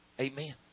Amen